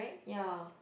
ya